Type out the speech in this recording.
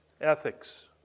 ethics